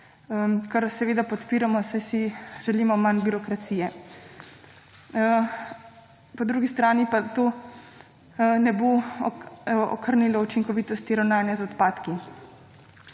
kar seveda podpiramo, saj si želimo manj birokracije. Po drugi strani pa to ne bo okrnelo učinkovitosti ravnanja z odpadki.